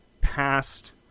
past